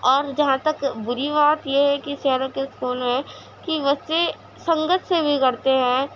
اور جہاں تک بُری بات یہ ہے کہ شہروں کے اسکول میں کہ بچے سنگت سے بگڑتے ہیں